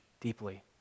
deeply